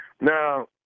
Now